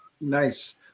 Nice